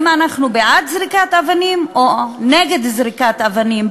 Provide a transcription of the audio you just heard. האם אנחנו בעד זריקת אבנים או נגד זריקת אבנים,